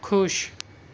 خوش